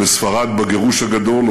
או בספרד בגירוש הגדול,